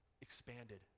expanded